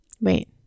Wait